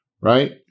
Right